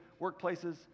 workplaces